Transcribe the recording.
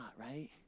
right